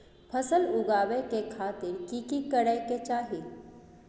फसल उगाबै के खातिर की की करै के चाही?